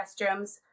restrooms